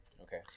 Okay